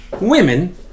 women